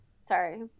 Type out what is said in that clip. sorry